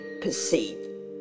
perceive